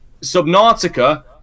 Subnautica